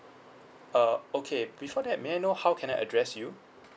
uh okay before that may I know how can I address you